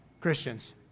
Christians